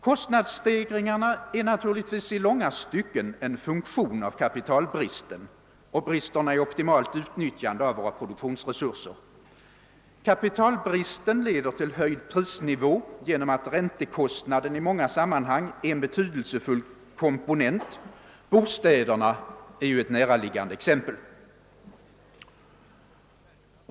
Kostnadsstegringarna är i långa stycken en funktion av kapitalbristen och bristerna i optimalt utnyttjande av våra produktionsresurser. Kapitalbristen leder till höjd prisnivå genom att räntekostnaden i många sammanhang är en betydelsefull komponent. Bostäderna är ett näraliggande exempel.